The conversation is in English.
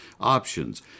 options